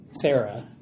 Sarah